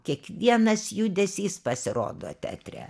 kiekvienas judesys pasirodo teatre